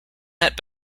met